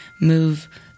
move